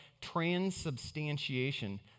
transubstantiation